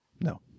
No